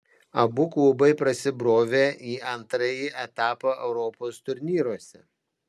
abu klubai prasibrovė į antrąjį etapą europos turnyruose